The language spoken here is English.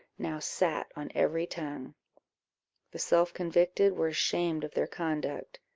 now sat on every tongue the self-convicted were ashamed of their conduct,